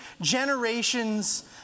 generations